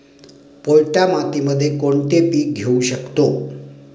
पोयटा मातीमध्ये कोणते पीक घेऊ शकतो?